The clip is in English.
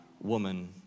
woman